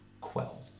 quell